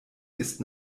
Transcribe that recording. ist